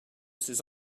ces